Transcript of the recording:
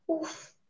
Oof